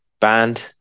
band